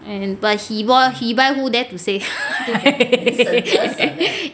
and but he he buy who dare to say